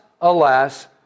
alas